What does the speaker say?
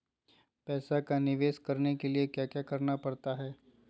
पैसा का निवेस करने के लिए क्या क्या करना पड़ सकता है?